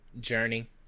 Journey